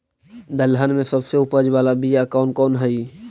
दलहन में सबसे उपज बाला बियाह कौन कौन हइ?